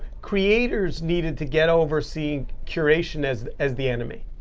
creators needed to get over seeing curation as as the enemy.